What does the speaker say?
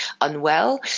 unwell